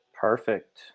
Perfect